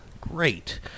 Great